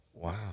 Wow